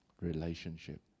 relationship